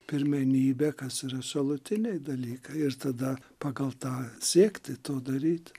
pirmenybė kas yra šalutiniai dalykai ir tada pagal tą siekti to daryt